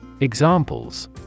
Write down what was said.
Examples